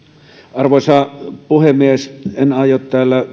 arvoisa puhemies en aio